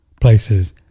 places